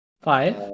Five